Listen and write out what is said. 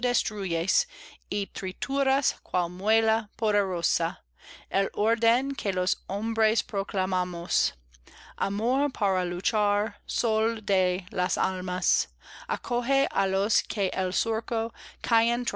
y trituras cual muela poderosa el orden que los hombres proclamamos amor para luchar sol de las almas acoje á los que al surco